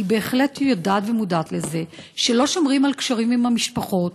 אני בהחלט יודעת ומודעת לזה שלא שומרים על קשרים עם המשפחות.